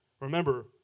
Remember